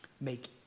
Make